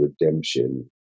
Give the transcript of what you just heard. redemption